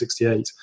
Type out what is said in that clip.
1968